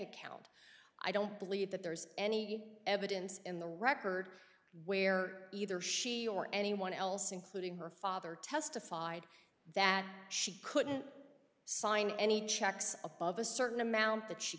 account i don't believe that there's any evidence in the record where either she or anyone else including her father testified that she couldn't sign any checks above a certain amount that she